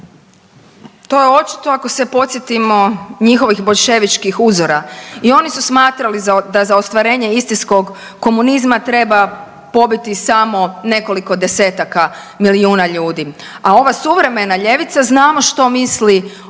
To je očito ako se podsjetimo njihovih boljševičkih uzora. I oni su smatrali da za ostvarenje istinskog komunizma treba pobiti samo nekoliko desetaka milijuna ljudi. A ova suvremena ljevica znamo što misli o